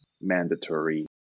mandatory